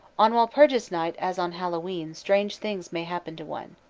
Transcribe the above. on walpurgis night as on hallowe'en strange things may happen to one.